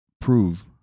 prove